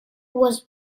was